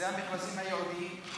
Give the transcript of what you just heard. זה המכרזים הייעודיים.